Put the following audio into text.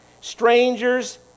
strangers